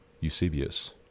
Eusebius